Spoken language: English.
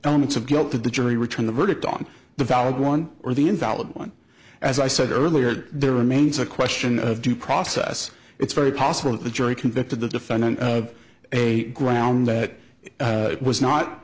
elements of guilt that the jury returned a verdict on the valid one or the invalid one as i said earlier there remains a question of due process it's very possible that the jury convicted the defendant of a ground that was not